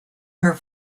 her